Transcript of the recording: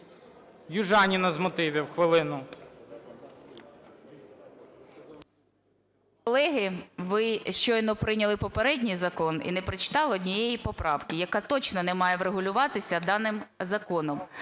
Южаніна – з мотивів, хвилину.